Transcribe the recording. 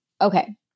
Okay